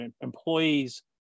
employees